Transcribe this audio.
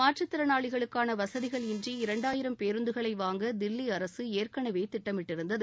மாற்றுத்திறனாளிகளுக்கான வசதிகள் இன்றி இரண்டாயிரம் பேருந்துகளை வாங்க தில்லி அரசு ஏற்கனவே திட்டமிருந்தது